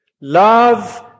love